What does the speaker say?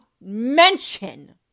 mention